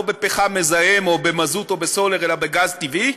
בפחם מזהם או במזוט או בסולר אלא בגז טבעי,